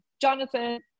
Jonathan